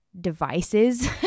devices